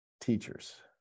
teachers